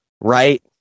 right